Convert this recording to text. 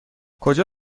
کجا